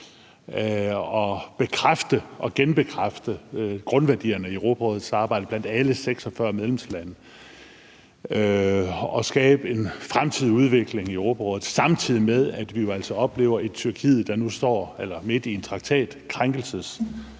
og genbekræfte grundværdierne i Europarådets arbejde blandt alle 46 medlemslande og skabe en fremtidig udvikling i Europarådet, samtidig med at vi altså oplever et Tyrkiet, der nu står midt i en traktatkrænkelsesproces,